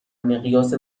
مقیاس